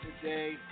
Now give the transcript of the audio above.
today